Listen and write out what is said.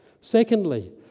Secondly